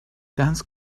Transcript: dense